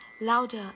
louder